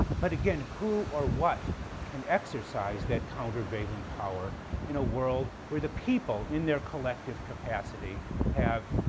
but, again, who or what can exercise that countervailing power in a world where the people in their collective capacity have,